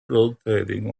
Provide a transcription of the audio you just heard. rotating